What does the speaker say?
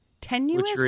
Tenuous